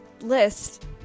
list